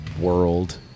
world